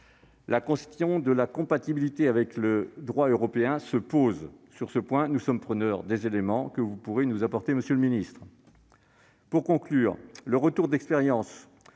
La question de la compatibilité avec le droit européen se pose. Sur ce point, nous sommes preneurs des éléments que vous pourrez nous apporter, monsieur le ministre. Je conclus en rappelant que les retours d'expérience